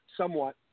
somewhat